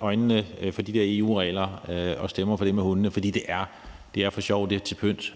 øjnene for de der EU-regler og stemmer for det med hundene, for det er for sjov, det er til pynt.